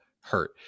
hurt